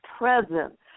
present